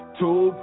two